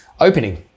Opening